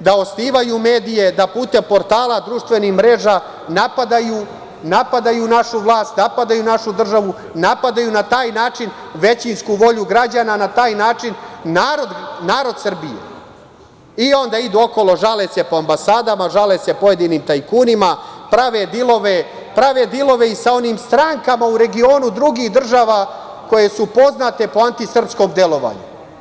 da osnivaju medije, da putem portala, društvenih mreža napadaju našu vlast, napadaju našu državu, napadaju na taj način većinsku volju građana, na taj način narod Srbije i onda idu okolo žale se po ambasadama, žale se pojedinim tajkunima, prave dilove i sa onim strankama u regionu drugih država koje su poznate po antisrpskom delovanju.